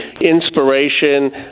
inspiration